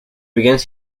begins